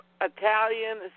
Italian